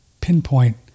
pinpoint